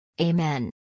Amen